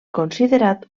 considerat